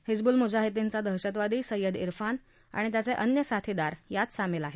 हिजबुल मुजाहिद्दीनचा दहशतवादी सय्यद इरफान आणि त्याचे अन्य साथीदार यात सामील आहेत